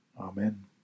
Amen